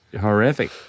Horrific